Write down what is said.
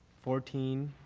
fourteen.